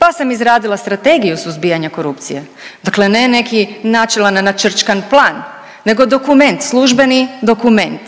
pa sam izradila strategiju suzbijanja korupcije, dakle ne neki načelan načrčkan plan nego dokument službeni dokument